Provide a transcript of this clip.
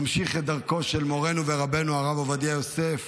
ממשיך את דרכו של מורנו ורבנו הרב עובדיה יוסף